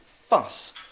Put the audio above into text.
fuss